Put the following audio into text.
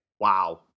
wow